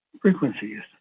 frequencies